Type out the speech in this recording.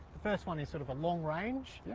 the first one is sort of a long range,